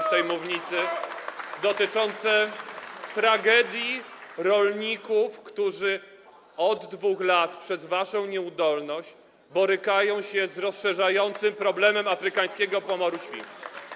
z tej mównicy dotyczące tragedii rolników, którzy od 2 lat przez waszą nieudolność borykają się z rozszerzającym się problemem afrykańskiego pomoru świń.